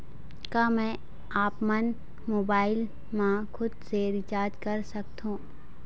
का मैं आपमन मोबाइल मा खुद से रिचार्ज कर सकथों?